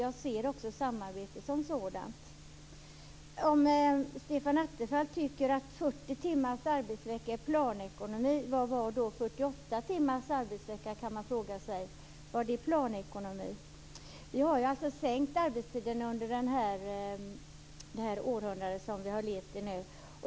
Jag ser också samarbetet som sådant. Om Stefan Attefall tycker att 40 timmars arbetsvecka är planekonomi, vad var då 48 timmars arbetsvecka, kan man fråga sig. Var det planekonomi? Vi har sänkt arbetstiden under det århundrade som vi har levt i nu.